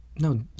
No